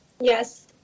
Yes